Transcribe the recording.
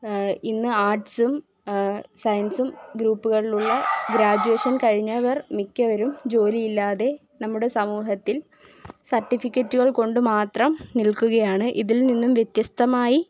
ഇന്ന് ആര്ട്സ്സും സയന്സും ഗ്രൂപ്പുകളിലുള്ള ഗ്രാജുവേഷന് കഴിഞ്ഞവര് മിക്കവരും ജോലിയില്ലാതെ നമ്മുടെ സമൂഹത്തില് സര്ട്ടിഫിക്കറ്റുകള് കൊണ്ട് മാത്രം നില്ക്കുകയാണ് ഇതില് നിന്നും വ്യത്യസ്തമായി